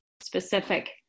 specific